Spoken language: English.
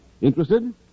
Interested